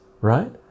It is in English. right